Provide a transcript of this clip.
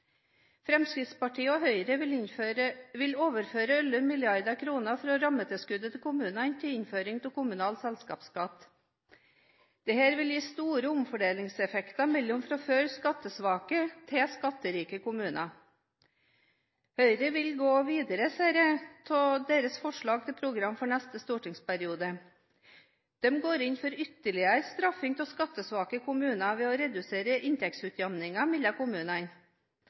Fremskrittspartiet og Høyre vil overføre 11 mill. kr fra rammetilskuddet til kommunene til innføring av kommunal selskapsskatt. Dette vil gi store omfordelingseffekter mellom fra før skattesvake til skatterike kommuner. Høyre vil gå videre, ser jeg av deres forslag til program for neste stortingsperiode. De går inn for ytterligere straffing av skattesvake kommuner ved å redusere inntektsutjamningen mellom kommunene.